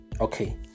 Okay